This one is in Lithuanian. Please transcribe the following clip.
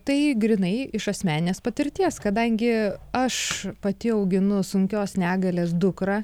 tai grynai iš asmeninės patirties kadangi aš pati auginu sunkios negalės dukrą